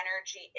energy